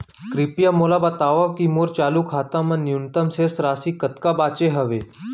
कृपया मोला बतावव की मोर चालू खाता मा न्यूनतम शेष राशि कतका बाचे हवे